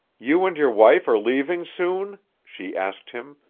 you and your wife are leaving soon? she asked him,